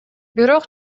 бирок